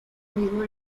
mismo